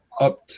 up